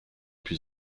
plus